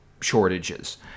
shortages